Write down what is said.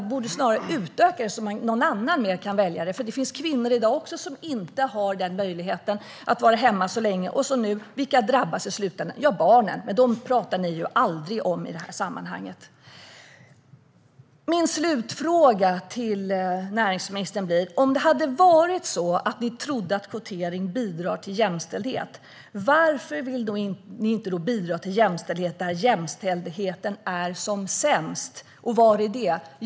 Vi borde snarare utöka det, så att någon annan också kan vara med och dela på föräldraförsäkringen. I dag finns det nämligen också kvinnor som inte har möjligheten att vara hemma särskilt länge. Vilka drabbas i slutänden? Jo, barnen. Men dem pratar ni aldrig om i det här sammanhanget. Min slutfråga blir: Om ni tror att kvotering bidrar till jämställdhet, varför vill ni då inte bidra till jämställdhet där jämställdheten är som sämst? Var är det?